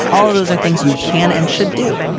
all of those are things you can and should do.